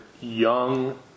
young